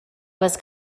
was